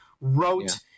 wrote